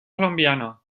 colombianos